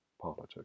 politics